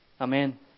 Amen